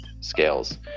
scales